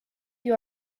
you